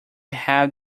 have